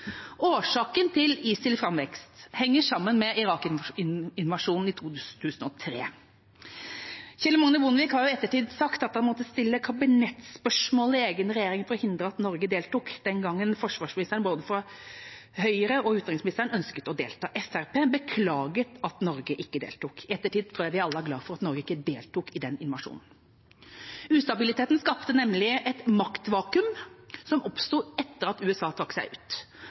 Årsaken til ISILs framvekst henger sammen med Irak-invasjonen i 2003. Kjell Magne Bondevik har i ettertid sagt at han måtte stille kabinettsspørsmål i egen regjering for å hindre at Norge deltok. Den gangen ønsket både forsvarsministeren og utenriksministeren fra Høyre å delta. Fremskrittspartiet beklaget at Norge ikke deltok. I ettertid tror jeg vi alle er glad for at Norge ikke deltok i den invasjonen. Ustabiliteten skapte nemlig et maktvakuum som oppsto etter at USA trakk seg ut,